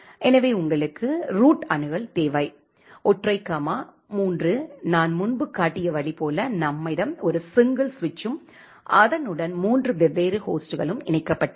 எனவே உங்களுக்கு ரூட் அணுகல் தேவைஒற்றை கமா 3 நான் முன்பு காட்டிய வழி போல நம்மிடம் ஒரு சிங்கிள் சுவிட்ச்சும் அதனுடன் மூன்று வெவ்வேறு ஹோஸ்ட்கள் இணைக்கப்பட்டுள்ளன